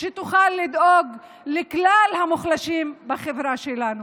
שתוכל לדאוג לכלל המוחלשים בחברה שלנו.